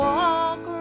walk